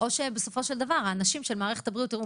או שבסופו של דבר האנשים של מערכת הבריאות תראו,